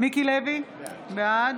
מיקי לוי, בעד